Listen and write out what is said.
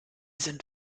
sind